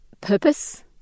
purpose